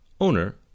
owner